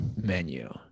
menu